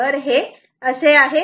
तर हे असे आहे